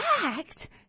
fact